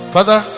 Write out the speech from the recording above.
Father